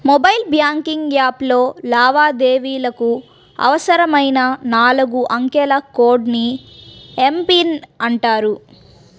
mobile banking యాప్లో లావాదేవీలకు అవసరమైన నాలుగు అంకెల కోడ్ ని ఎమ్.పిన్ అంటారు